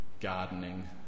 gardening